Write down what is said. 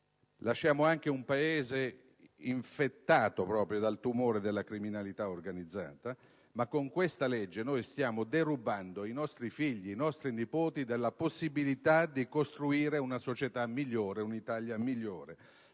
rifiuti - un Paese infettato anche dal tumore della criminalità organizzata. Con questa legge, però, noi stiamo derubando i nostri figli e i nostri nipoti della possibilità di costruire una società e un'Italia migliore.